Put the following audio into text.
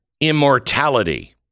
immortality